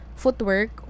footwork